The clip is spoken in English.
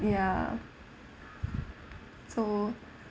ya so